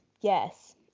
Yes